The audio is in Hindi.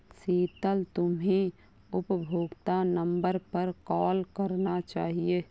शीतल, तुम्हे उपभोक्ता नंबर पर कॉल करना चाहिए